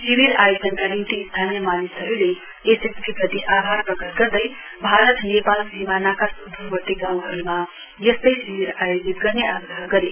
शिविर आयोजनका निम्ति स्थानीय मानिसहरूले एसएसबीप्रति आभार प्रकट गर्दै भारत नेपाल सीमानाका सुदूरवर्ती गाँउहरूमा यस्तै शिविर आयोजित गर्ने आग्रह गरे